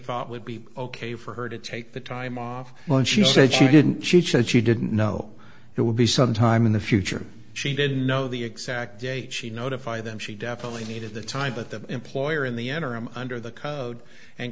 thought would be ok for her to take the time off when she said she didn't she said she didn't know it would be sometime in the future she didn't know the exact date she notify them she definitely needed the time but the employer in the interim under the code and